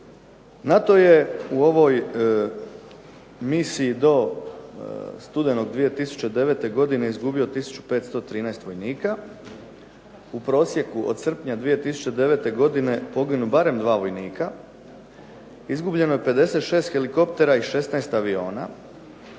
NATO je u ovoj misiji do studenog 2009. godine izgubio tisuću 513 vojnika, u prosjeku od srpnja 2009. godine poginu barem dva vojnika, izgubljeno je 56 helikoptera i 16 aviona.